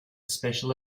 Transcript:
special